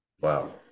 Wow